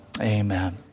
amen